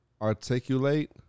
articulate